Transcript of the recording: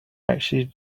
actually